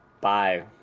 Bye